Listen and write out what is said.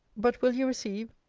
but will you receive,